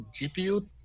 GPU